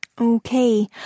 Okay